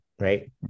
right